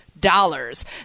dollars